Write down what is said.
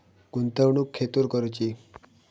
गुंतवणुक खेतुर करूची?